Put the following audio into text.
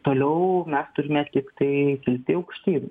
toliau mes turime tiktai kilti aukštyn